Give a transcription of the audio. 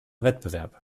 wettbewerb